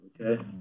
Okay